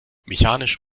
mechanisch